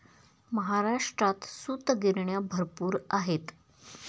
महाराष्ट्रात सूतगिरण्या भरपूर आहेत